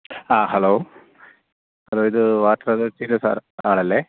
ആ ഹലോ സാറേ ഇത് വാട്ടർ അതോറിറ്റിയിലെ സാർ ആളല്ലേ